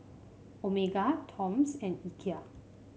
Omega Toms and Ikea